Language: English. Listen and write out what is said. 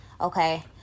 Okay